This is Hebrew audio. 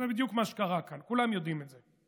זה בדיוק מה שקרה כאן, כולם יודעים את זה.